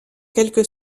quelque